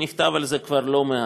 ונכתב על זה כבר לא מעט.